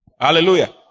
Hallelujah